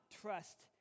trust